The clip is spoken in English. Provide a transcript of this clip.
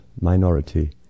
minority